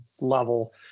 level